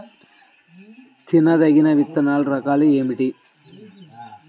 తినదగిన విత్తనాల రకాలు ఏమిటి?